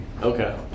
Okay